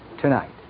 tonight